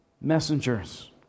Messengers